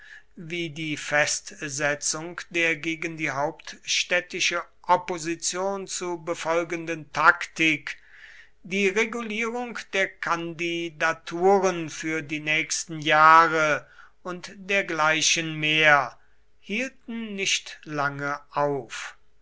wie die festsetzung der gegen die hauptstädtische opposition zu befolgenden taktik die regulierung der kandidaturen für die nächsten jahre und dergleichen mehr hielten nicht lange auf